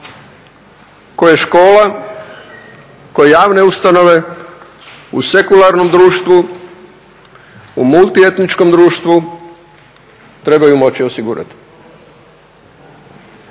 koje škola, koje javne ustanove u sekularnom društvu u multietničkom društvu trebaju moći osigurati.